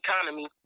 economy